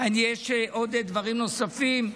יש דברים נוספים,